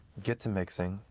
get to mixing,